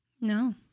no